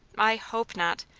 i hope not.